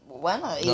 bueno